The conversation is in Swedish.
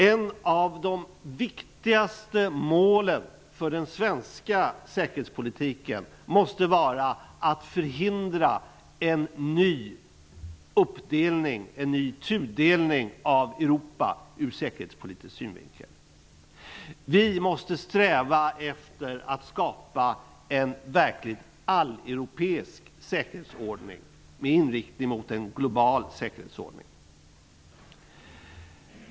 En av de viktigaste målen för den svenska säkerhetspolitiken måste vara att förhindra en ny uppdelning, en ny tudelning av Europa ur säkerhetspolitisk synvinkel. Vi måste sträva efter att skapa en verkligt alleuropeisk säkerhetsordning med inriktning mot en global säkerhetsordning.